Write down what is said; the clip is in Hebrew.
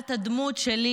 את הדמות שלי